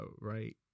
right